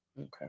Okay